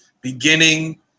beginning